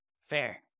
fair